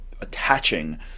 attaching